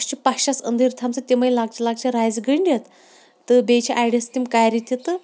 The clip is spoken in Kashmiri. اَسہِ چھُ پَشَس أندِرۍ تھامژٕ تِمے لۄکچہِ لَکچہِ رَزٕ گٔنڈِتھ تہٕ بیٚیہِ چھِ أڈِس تِم کَرِ تہِ تہٕ